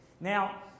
Now